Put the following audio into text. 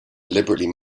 deliberately